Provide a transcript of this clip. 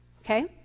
okay